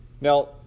Now